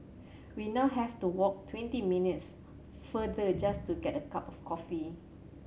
we now have to walk twenty minutes farther just to get a cup of coffee